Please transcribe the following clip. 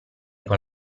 con